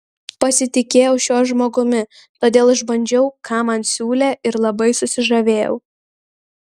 pasitikėjau šiuo žmogumi todėl išbandžiau ką man siūlė ir labai susižavėjau